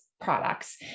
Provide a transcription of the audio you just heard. products